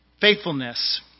faithfulness